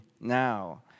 now